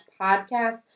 podcast